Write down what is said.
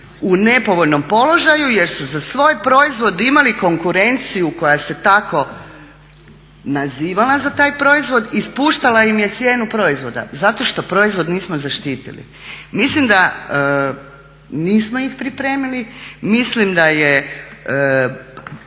u nepovoljnom položaju jer su za svoj proizvod imali konkurenciju koja se tako nazivala za taj proizvod i spuštala im je cijenu proizvoda. Zato što proizvod nismo zaštitili. Mislim da nismo ih pripremili, mislim da je